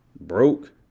Broke